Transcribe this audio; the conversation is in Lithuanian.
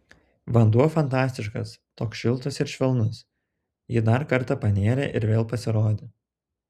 vanduo fantastiškas toks šiltas ir švelnus ji dar kartą panėrė ir vėl pasirodė